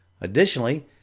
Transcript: Additionally